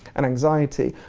and anxiety,